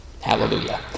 Hallelujah